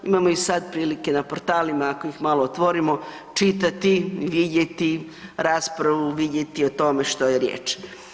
Imamo ih sad prilike na portalima, ako ih malo otvorimo, čitati i vidjeti raspravu, vidjeti o tome što je riječ.